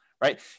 right